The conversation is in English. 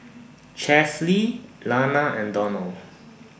Chesley Lana and Donell